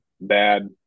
bad